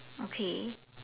okay